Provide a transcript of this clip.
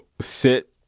sit